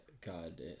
God